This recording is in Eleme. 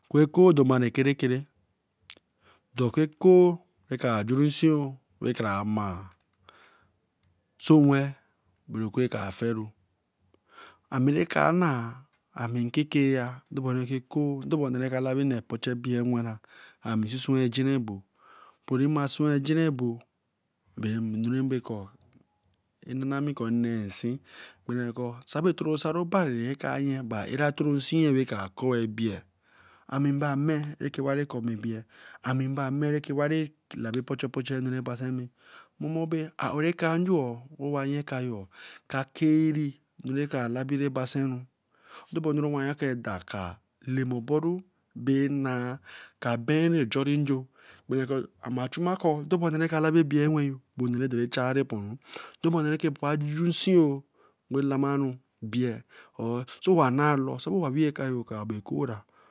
Kokoe domami kere kere, do kwa koe wey karavl jusoro wey kara mai. sowen. bora kubl kara feru ami ra ka ami keke ya eko darabo ne raka lami anu opchienenwenra in sisien ejina abo. po ra in ma swan ejina bo bae ananami ko nne nsin. sabi tore sare obari ba era toro nsin ba ko ebbie, ami bae ame rake bari kombe, ame rake bari komebe ame me wey baṅ pocho pocho anu nemi. a bienri ajurinjo. amachuma kor darobone ka labi ebie nweyo bae onee way dore charu oponru, to nonne kara jun nsinyo wey lamaru bie or so way na lor bey ko ra